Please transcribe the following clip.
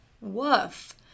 Woof